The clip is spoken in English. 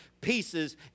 pieces